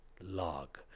log